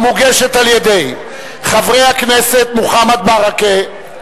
המוגשת על-ידי חברי הכנסת מוחמד ברכה,